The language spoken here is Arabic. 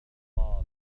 الأطفال